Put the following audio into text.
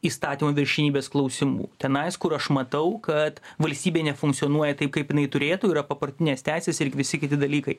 įstatymo viršenybės klausimų tenais kur aš matau kad valstybė nefunkcionuoja taip kaip jinai turėtų yra paprotinės teisės ir visi kiti dalykai